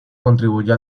contribuyó